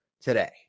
today